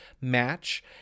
match